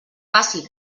passi